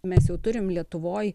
mes jau turim lietuvoj